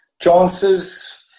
chances